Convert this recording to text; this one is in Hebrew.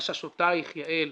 חששותייך יעל,